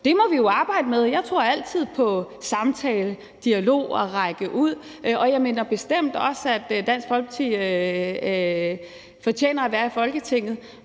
Det må vi jo arbejde med. Jeg tror altid på samtale, dialog og det at række ud. Jeg mener bestemt også, at Dansk Folkeparti fortjener at være i Folketinget,